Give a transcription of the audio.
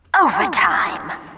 Overtime